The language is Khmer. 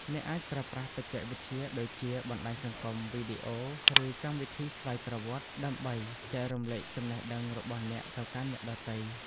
អ្នកអាចប្រើប្រាស់បច្ចេកវិទ្យាដូចជា បណ្តាញសង្គម វីដេអូ ឬ កម្មវិធីស្វ័យប្រវត្តិ ដើម្បីចែករំលែកចំណេះដឹងរបស់អ្នកទៅកាន់អ្នកដទៃ។